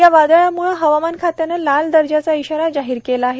या वादळाम्ळं हवामान खात्यानं लाल दर्जाचा इशारा जाहीर केला आहे